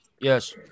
Yes